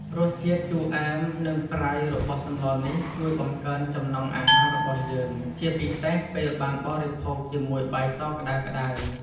រសជាតិជូរអែម និងប្រៃរបស់សម្លនេះជួយបង្កើនចំណង់អាហាររបស់យើង ជាពិសេសពេលបានបរិភោគជាមួយបាយសក្ដៅៗ។